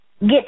get